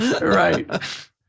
right